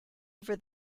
over